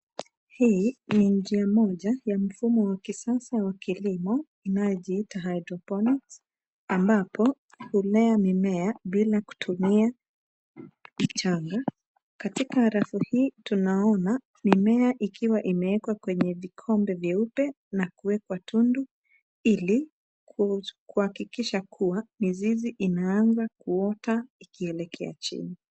Hii ni njia moja ya mfumo wa kisasa wa kilimo inayojiita hydroponics ambapo hulea mimea bila kutumia michanga. Katika rafu hii, tunaona mimea ikiwa imeekwa kwenye vikombe vyeupe na kuwekwa tundu ili kuhakikisha kuwa mizizi inaanza kuota ikielekea chini.